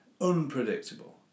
unpredictable